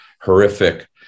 horrific